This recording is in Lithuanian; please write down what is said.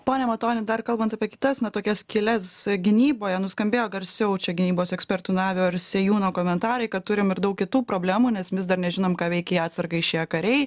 pone matoni dar kalbant apie kitas na tokias skyles gynyboje nuskambėjo garsiau čia gynybos ekspertų navio ir sėjūno komentarai kad turim ir daug kitų problemų nes vis dar nežinom ką veikia į atsargą išėję kariai